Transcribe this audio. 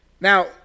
Now